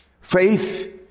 Faith